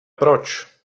proč